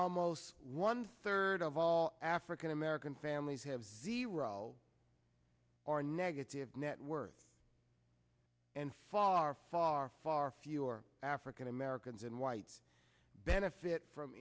almost one third of all african american families have zero or negative net worth and far far far fewer african americans and whites benefit from